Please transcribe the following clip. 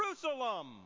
Jerusalem